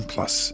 Plus